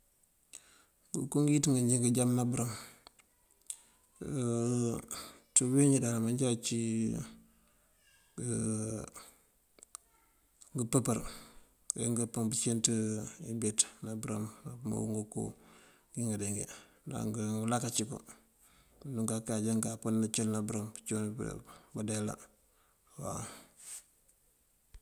Ngënko ngëwíţ nganjá ngí ngujawëna bërëm ţí biwínjí dal manjá ací ngëmpëpër. Ajá ngëmpën pësinc ibëţ ná bërëm ná ngënko yí ngëdee ngí, ná ngëlakocënko unkano nganjá ngëcëlëna bërëm, ngëcëlëna bërëm bandeela.